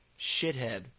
shithead